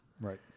Right